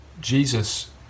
Jesus